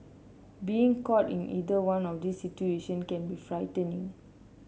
being caught in either one of these situation can be frightening